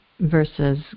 versus